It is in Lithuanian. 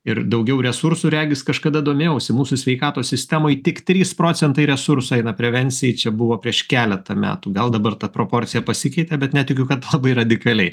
ir daugiau resursų regis kažkada domėjausi mūsų sveikatos sistemoj tik trys procentai resursų eina prevencijai čia buvo prieš keletą metų gal dabar ta proporcija pasikeitė bet netikiu kad labai radikaliai